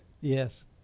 Yes